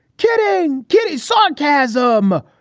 getting giddy sarcasm.